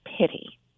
pity